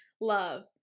love